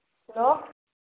hello